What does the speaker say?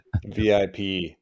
VIP